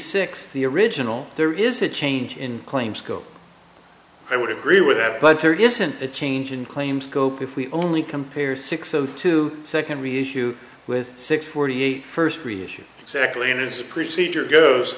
six the original there is a change in claims go i would agree with that but there isn't a change in claim scope if we only compare six o two second reissue with six forty eight first revision exactly and it is procedure goes